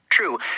True